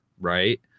Right